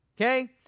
Okay